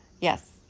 Yes